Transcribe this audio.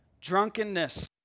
drunkenness